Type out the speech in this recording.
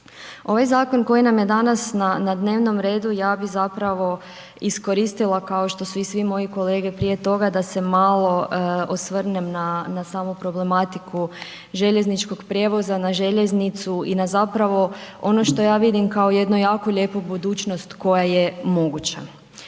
Ovaj zakon koji nam je danas na dnevnom redu, ja bi zapravo iskoristila kao što su i svi moji kolege prije toga, da se malo osvrnem na samu problematiku željezničkog prijevoza, na željeznicu i na zapravo ono što ja vidim kao jednu jako lijepu budućnost koja je moguća.